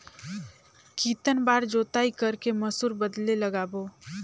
कितन बार जोताई कर के मसूर बदले लगाबो?